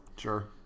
Sure